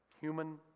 human